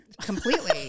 Completely